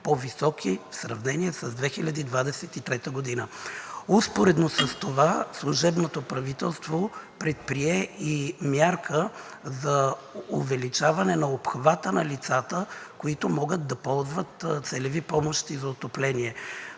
че времето е изтекло.) Успоредно с това служебното правителство предприе и мярка за увеличаване на обхвата на лицата, които могат да ползват целеви помощи за отопление.